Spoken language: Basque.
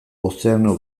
ozeano